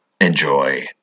Enjoy